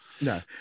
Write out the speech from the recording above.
No